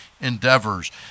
endeavors